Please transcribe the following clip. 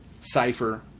cipher